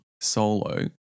solo